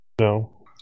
No